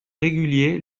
réguliers